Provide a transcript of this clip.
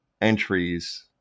entries